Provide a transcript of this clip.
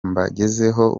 mbagezeho